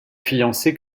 fiancée